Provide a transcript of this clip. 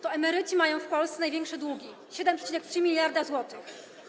To emeryci mają w Polsce największe długi: 7,3 mld zł.